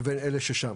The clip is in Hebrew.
לבין אלה ששם.